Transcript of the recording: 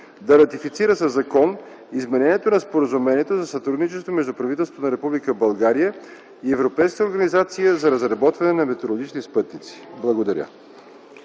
да ратифицира със закон Изменението на Споразумението за сътрудничество между правителството на Република България и Европейската организация за разработване на метеорологични спътници.” Благодаря.